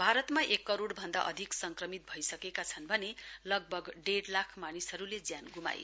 भारतमा एक करोड़ भन्दा अधिक संक्रमिक भइसकेका छन् भने लगभग डेढ़ लाख मानिसहरूले ज्यान ग्माए